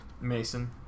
Mason